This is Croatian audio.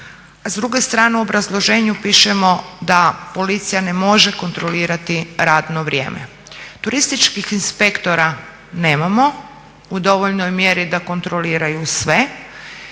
s druge strane u obrazloženju pišemo da policija ne može kontrolirati radno vrijeme. Turističkih inspektora nemamo u dovoljnoj mjeri da kontroliraju sve